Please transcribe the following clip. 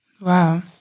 wow